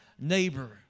neighbor